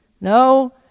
No